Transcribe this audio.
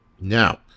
Now